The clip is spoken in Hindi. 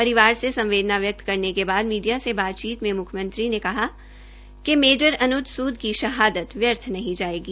परिवार से संवदेना वयक्त करने के बाद मीडिया से बातचीत में मुख्यमंत्रीने कहा कि मेजर अनुज सूद की शहादत व्यर्थ नहीं जायेगी